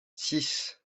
six